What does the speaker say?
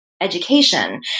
education